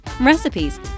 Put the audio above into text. recipes